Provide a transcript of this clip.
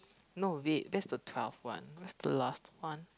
no wait that's the twelve one that's the last one